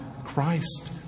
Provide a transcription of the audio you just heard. christ